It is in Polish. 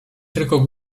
tylko